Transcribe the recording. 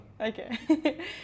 Okay